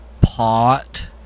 Pot